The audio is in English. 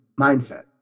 mindset